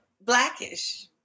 Blackish